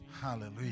Hallelujah